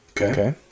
Okay